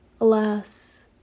Alas